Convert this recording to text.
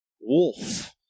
Wolf